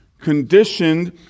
conditioned